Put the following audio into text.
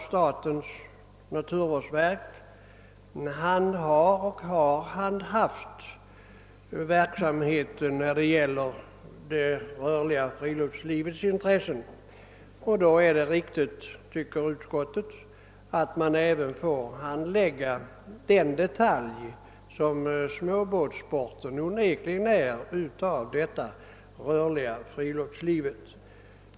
Statens naturvårdsverk har handhaft och handhar den verksamhet som skall tillgodose det rörliga friluftslivets intressen, och utskottet anser det riktigt att verket då även får handlägga den detalj som småbåts sporten utgör.